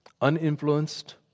uninfluenced